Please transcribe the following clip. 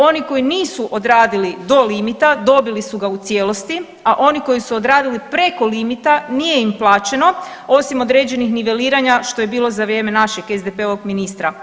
Oni koji nisu odradili do limita dobili su ga u cijelosti, a oni koji su odradili preko limita nije im plaćeno osim određenih niveliranja što je bilo za vrijeme našeg SDP-ovog ministra.